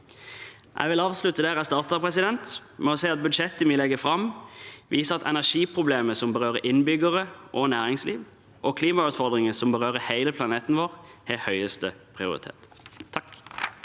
Jeg vil avslutte der jeg startet, med å si at budsjettet vi legger fram, viser at energiproblemet, som berører innbyggere og næringsliv, og klimautfordringene, som berører hele planeten vår, har høyeste prioritet. Mort